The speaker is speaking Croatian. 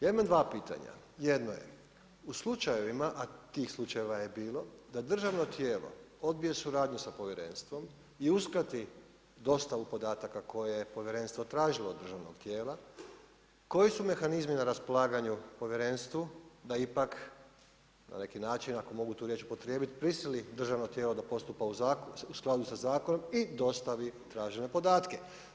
Ja imam dva pitanja, jedno je, u slučajevima, a tih slučajeva je bilo, da državno tijelo odbije suradnju sa povjerenstvom i uskrati dostavu podataka koje je povjerenstvo tražilo od državnog tijela, koji su mehanizmi na raspolaganju povjerenstvu da ipak na neki način, ako mogu tu riječ upotrijebiti, prisili državno tijelo da postupa u skladu sa zakonom i dostavi tražene podatke.